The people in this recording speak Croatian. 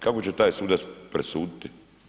Kako će taj sudac presuditi?